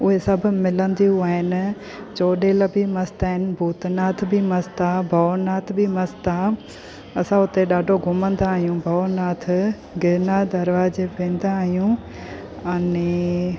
उहे सभु मिलंदियूं आहिनि चोडेल बि मस्तु आहिनि भूतनाथ बि मस्तु आहे भवनाथ बि मस्तु आहे असां उते ॾाढो घुमंदा आहियूं भवनाथ गिरनार दरवाज़े वेंदा आहियूं अने